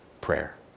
prayer